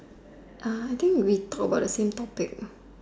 er I think we talk about the same topic